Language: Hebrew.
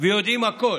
ויודעים הכול.